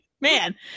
man